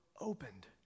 opened